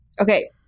Okay